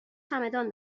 چمدان